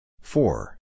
Four